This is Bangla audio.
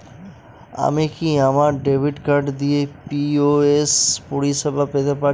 আমি কি আমার ডেবিট কার্ড দিয়ে পি.ও.এস পরিষেবা পেতে পারি?